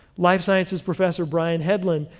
life sciences professor, brian hedlund,